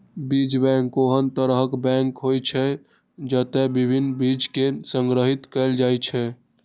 बीज बैंक ओहन तरहक बैंक होइ छै, जतय विभिन्न बीज कें संग्रहीत कैल जाइ छै